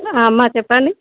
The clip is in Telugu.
అమ్మా చెప్పండి